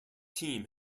team